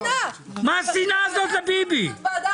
הישיבה ננעלה בשעה